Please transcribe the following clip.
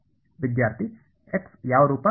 ವಿದ್ಯಾರ್ಥಿ ಎಕ್ಸ್ನ ಯಾವ ರೂಪ